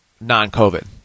non-COVID